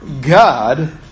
God